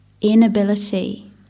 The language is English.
inability